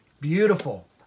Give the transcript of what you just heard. Beautiful